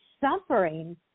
suffering